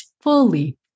fully